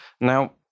Now